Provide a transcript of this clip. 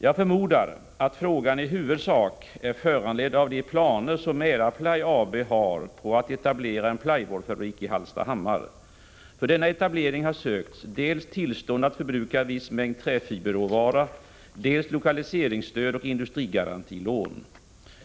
Jag förmodar att frågan i huvudsak är föranledd av de planer som Mälarply AB har på att etablera en plywoodfabrik i Hallstahammar. För denna etablering har sökts dels tillstånd att förbruka viss mängd träfiberråvara, dels lokaliseringsstöd och industrigarantilån.